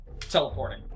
teleporting